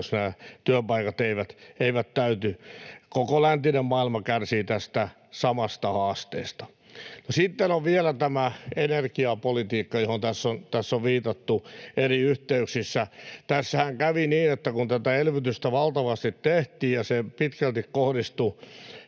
jos työpaikat eivät täyty. Koko läntinen maailma kärsii tästä samasta haasteesta. Sitten on vielä tämä energiapolitiikka, johon tässä on viitattu eri yhteyksissä. Tässähän kävi niin, että kun tätä elvytystä valtavasti tehtiin ja se pitkälti kohdistui